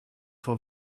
for